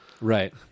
right